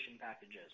packages